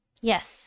Yes